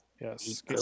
Yes